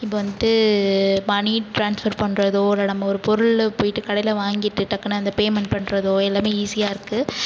இப்போ வந்துட்டு money transfer பண்ணுறதோ இல்லை நம்ம ஒரு பொருள் போயிவிட்டு கடையில வாங்கிகிட்டு டக்குன்னு அந்தப் பேமெண்ட் பண்ணுறதோ எல்லாமே ஈசியாக இருக்கு